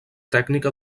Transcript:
tècnica